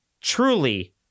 truly